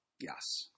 Yes